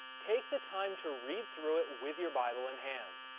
take the time to read through it, with your bible in hand.